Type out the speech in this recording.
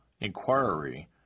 inquiry